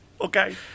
okay